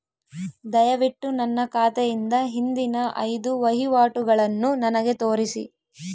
ದಯವಿಟ್ಟು ನನ್ನ ಖಾತೆಯಿಂದ ಹಿಂದಿನ ಐದು ವಹಿವಾಟುಗಳನ್ನು ನನಗೆ ತೋರಿಸಿ